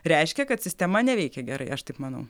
reiškia kad sistema neveikia gerai aš taip manau